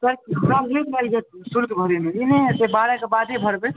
sir शुल्क भरैमे कोनो दिक्कत नहि हेतै ई बारहके बादे भरबै